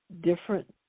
different